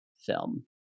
film